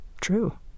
true